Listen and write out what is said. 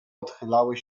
odchylały